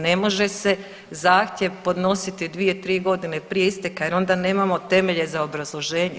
Ne može se zahtjev podnositi dvije, tri godine prije isteka jer onda nemamo temelje za obrazloženje.